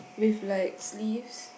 with like sleeves